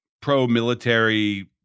pro-military